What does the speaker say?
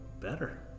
better